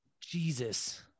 jesus